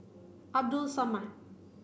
Abdul Samad